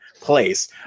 place